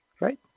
right